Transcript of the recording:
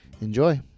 Enjoy